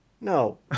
No